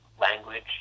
language